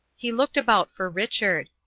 he looked about for richard.